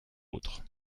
vôtres